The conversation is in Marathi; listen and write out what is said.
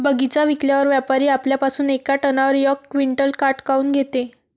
बगीचा विकल्यावर व्यापारी आपल्या पासुन येका टनावर यक क्विंटल काट काऊन घेते?